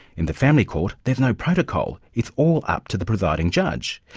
in the family court, there's no protocol it's all up to the presiding judge.